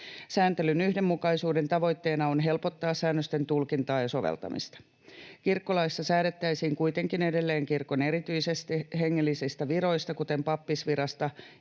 Sääntelyn yhdenmukaisuuden tavoitteena on helpottaa säännösten tulkintaa ja soveltamista. Kirkkolaissa säädettäisiin kuitenkin edelleen kirkon erityisistä hengellisistä viroista, kuten pappisvirasta